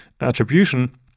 attribution